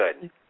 good